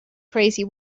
crazy